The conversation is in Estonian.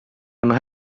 anna